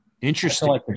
Interesting